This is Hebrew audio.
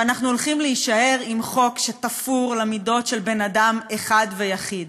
ואנחנו הולכים להישאר עם חוק שתפור למידות של בן אדם אחד ויחיד,